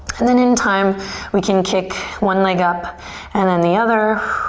and then in time we can kick one leg up and then the other.